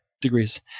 degrees